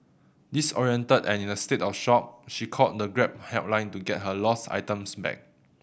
disoriented and in a state of shock she called the Grab helpline to get her lost items back